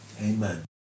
Amen